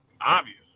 Obvious